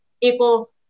equal